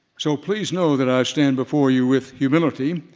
so please know that i stand before you with humility,